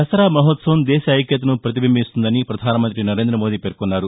దసరా మహోత్సవం దేశ ఐక్యతను ప్రతిబింబిస్తుందని ప్రధానమంత్రి నరేంద మోడీ పేర్కొన్నారు